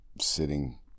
sitting